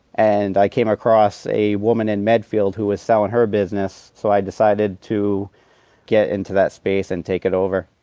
and i came across a woman in medfield who was selling her business. so i decided to get into that space and take it over.